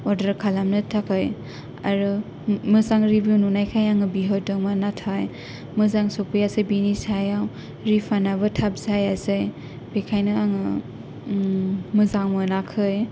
गोदान अरदार खालामनो थाखाय आरो मोजां रिबिउ नुनायखाय आङो बिहरदोंमोन नाथाय मोजां सफैयासै बिनि सायाव रिफान्द आबो थाब जायासै बिखायनो आङो मोजां मोनोखै